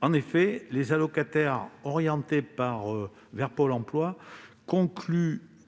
En effet, les allocataires orientés vers Pôle emploi élaborent,